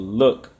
look